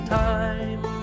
time